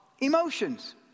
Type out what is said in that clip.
emotions